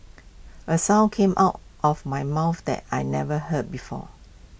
A sound came out of my mouth that I never heard before